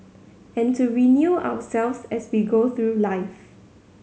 and to renew ourselves as we go through life